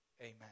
Amen